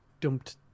dumped